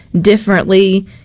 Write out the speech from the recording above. differently